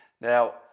Now